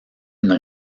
une